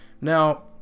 Now